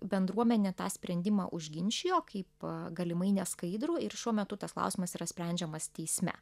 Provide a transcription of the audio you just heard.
bendruomenė tą sprendimą užginčijo kaip galimai neskaidrų ir šiuo metu tas klausimas yra sprendžiamas teisme